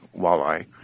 walleye